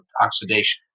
oxidation